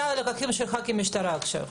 זה הלקחים שלך כמשטרה.